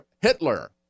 Hitler